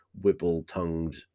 wibble-tongued